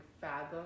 fathom